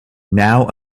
now